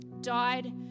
died